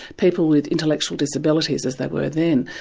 people with intellectual disabilities as they were then.